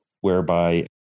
whereby